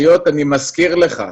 הדיון